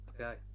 Okay